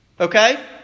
Okay